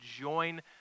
join